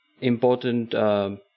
important